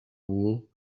wool